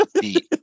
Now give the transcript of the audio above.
beat